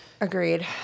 Agreed